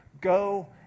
Go